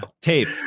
Tape